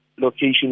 Location